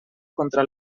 contra